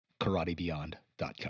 KarateBeyond.com